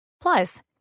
Plus